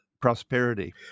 prosperity